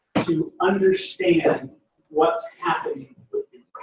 to understand what's happening with